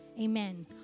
amen